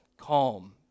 calm